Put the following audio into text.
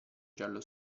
giallo